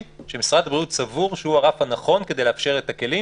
שמשרד הבריאות סבור שהוא הרף הנכון כדי לאפשר את הכלים,